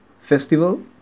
festival